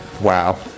Wow